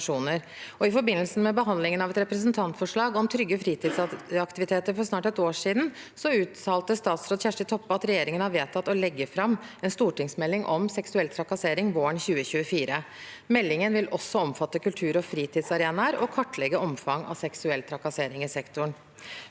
I forbindelse med behandlingen av et representantforslag om trygge fritidsaktiviteter for snart et år siden, uttalte statsråd Kjersti Toppe at regjeringen har vedtatt å legge fram en stortingsmelding om seksuell trakassering våren 2024. Meldingen vil også omfatte kultur- og fritidsarenaer og kartlegge omfanget av seksuell trakassering i sektoren.